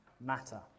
matter